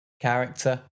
character